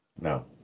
No